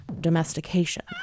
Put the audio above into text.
domestication